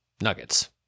nuggets